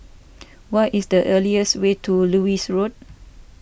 what is the easiest way to Lewis Road